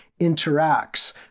interacts